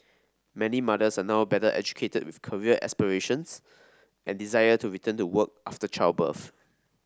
many mothers are now better educated with career aspirations and desire to return to work after childbirth